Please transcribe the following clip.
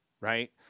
right